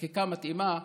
חקיקה מתאימה,